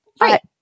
Right